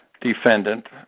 defendant